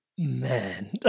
Man